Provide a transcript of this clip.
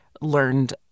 learned